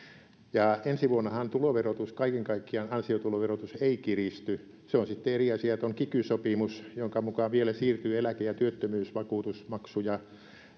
ensi vuonnahan ansiotuloverotus kaiken kaikkiaan ei kiristy se on sitten eri asia että on kiky sopimus jonka mukaan vielä siirtyy eläke ja työttömyysvakuutusmaksuja